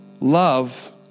Love